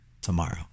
tomorrow